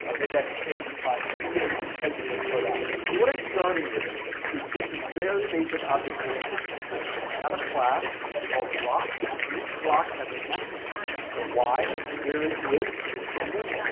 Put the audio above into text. ah maybe i can save you five minutes here of retyping this part out. so what i'm starting with is just a very basic object-oriented system. i have a class called block, and each block has an x and y, that's where it is in the canvas,